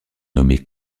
nommé